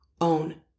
own